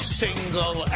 single